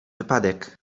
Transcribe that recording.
wypadek